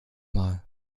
mal